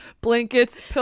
Blankets